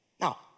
Now